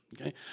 okay